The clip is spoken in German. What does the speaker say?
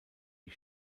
die